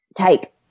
take –